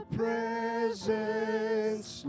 presence